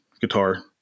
guitar